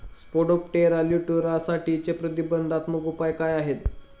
Spodoptera लिट्युरासाठीचे प्रतिबंधात्मक उपाय काय आहेत?